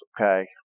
Okay